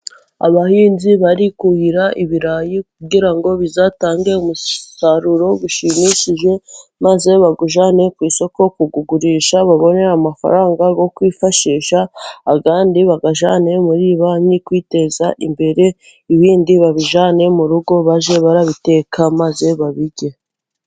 Abahinzi bari kuhira ibirayi, kugira ngo bizatange umusaruro ushimishije, maze bawujyane ku isoko kugurisha, babone amafaranga yo kwifashisha, ayandi bayajyane muri banki kwiteza imbere, ibindi babijyane mu rugo, bajye barabiteka maze babirye.